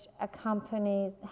accompanies